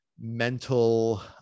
mental